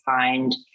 find